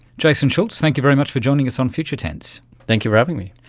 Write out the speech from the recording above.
jason schultz, thank you very much for joining us on future tense. thank you for having me.